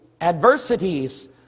adversities